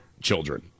children